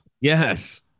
Yes